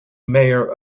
mayor